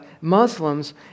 Muslims